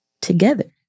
Together